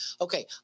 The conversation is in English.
Okay